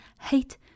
hate